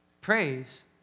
Praise